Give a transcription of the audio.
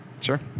Sure